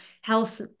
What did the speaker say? health